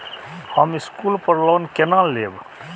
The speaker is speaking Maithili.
हम स्कूल पर लोन केना लैब?